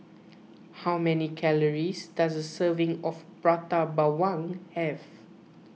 how many calories does a serving of Prata Bawang have